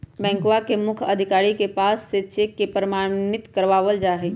बैंकवा के मुख्य अधिकारी के पास से चेक के प्रमाणित करवावल जाहई